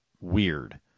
weird